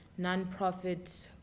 nonprofit